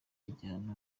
igihano